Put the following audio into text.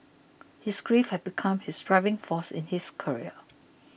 his grief had become his driving force in his career